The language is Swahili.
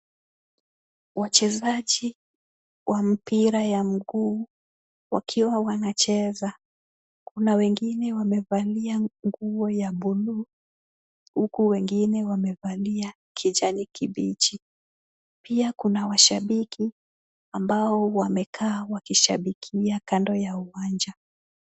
Wachezaji wa mpira wa mguu wakiwa wanacheza . Kuna wengine wamevalia nguo ya buluu huku wengine wamevalia kijani kibichi. Pia, kuna washabiki ambao wamekaa wakishabikia kando ya uwanja.